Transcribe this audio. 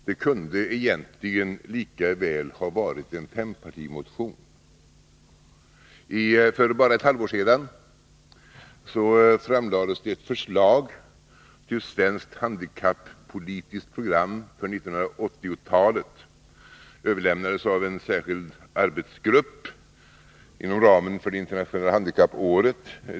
Det kunde egentligen lika väl ha varit en fempartimotion. För bara ett halvår sedan framlades det ett förslag till ett svenskt handikappolitiskt program för 1980-talet. Det överlämnades till regeringen av en särskild arbetsgrupp inom ramen för det internationella handikappåret.